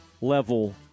level